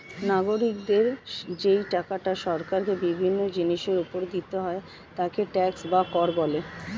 নাগরিকদের যেই টাকাটা সরকারকে বিভিন্ন জিনিসের উপর দিতে হয় তাকে ট্যাক্স বা কর বলে